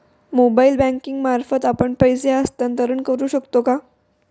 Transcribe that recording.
Mobile banking मार्फत आपण पैसे हस्तांतरण करू शकतो का?